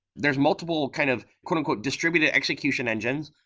there's multiple kind of kind of distributed execution engines.